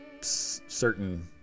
certain